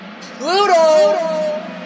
Pluto